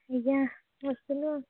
ଆଜ୍ଞା ବସିଥିଲୁ